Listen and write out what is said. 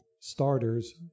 starters